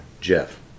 Jeff